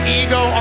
ego